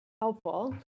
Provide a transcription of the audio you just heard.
helpful